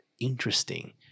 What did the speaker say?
interesting